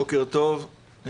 בוקר טוב,